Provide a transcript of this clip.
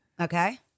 Okay